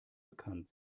bekannt